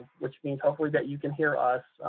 which means hopefully that you can hear us,